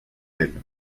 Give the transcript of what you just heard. elle